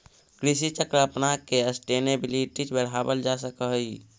कृषि चक्र अपनाके सस्टेनेबिलिटी बढ़ावल जा सकऽ हइ